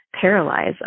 paralyze